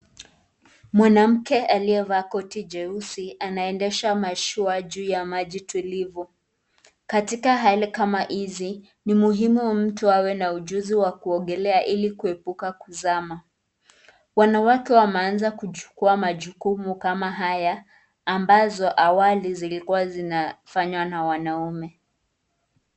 Mwanamke aliyevaa koti jeusi anaendesha mashua juu ya maji tulivu katika hali kama hizi ni muhimu mtu awe na ujuzi wa kuogelea ili kuepuka mzamo. Wanawake wameanza kuchukua majukumu kama haya ambazo awali zilikuwa zinafanywa na wanaume.